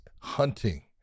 hunting